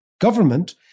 government